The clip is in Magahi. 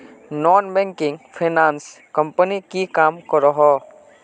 नॉन बैंकिंग फाइनांस कंपनी की काम करोहो?